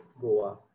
Goa